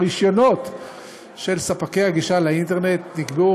ברישיונות ספקי הגישה לאינטרנט נקבעו